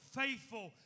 faithful